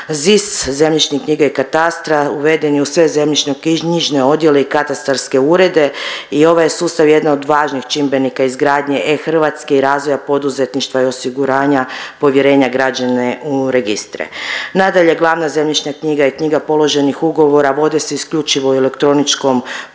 ZIS zemljišne knjige i katastra uveden je u sve zemljišno knjižne odjele i katastarske urede i ovaj je sustav jedan od važnih čimbenika izgradnje e-Hrvatske i razvoja poduzetništva i osiguranja povjerenja građana u registre. Nadalje, glavna zemljišna knjiga i knjiga položenih ugovora vode se isključivo u elektroničkom obliku,